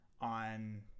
On